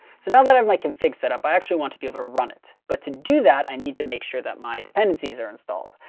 so now that i'm my config setup, i actually want to be able to run it. but to do that i need to make sure that my dependencies are installed.